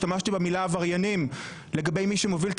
השתמשתי במילה עבריינים לגבי מי שמוביל את